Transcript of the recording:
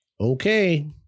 okay